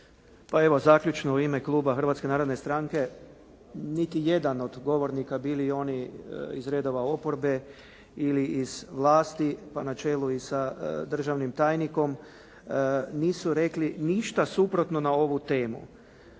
Pa evo zaključno u ime kluba Hrvatske narodne stranke. Niti jedan od govornika bili oni iz redova oporbe ili iz rade pa na čelu i sa državnim tajnikom, nisu rekli ništa suprotno na ovu temu.